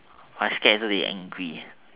I scared later they angry